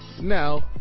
Now